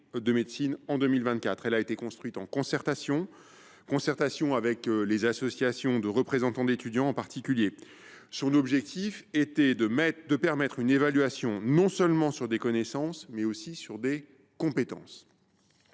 de médecine en 2024. Elle a été construite en concertation avec les associations de représentants d’étudiants, en particulier. Son objectif était de permettre une évaluation non seulement sur des connaissances, mais aussi sur des compétences.